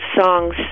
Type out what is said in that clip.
songs